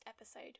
episode